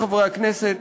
עמיתי חברי הכנסת,